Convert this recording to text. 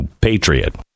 Patriot